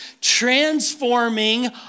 transforming